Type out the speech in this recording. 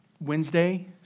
Wednesday